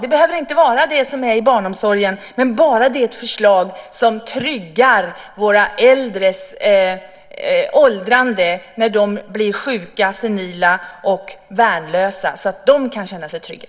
Det behöver inte vara det som finns inom barnomsorgen, bara det är ett förslag som gör att våra äldre kan känna sig trygga om de blir sjuka, senila och värnlösa.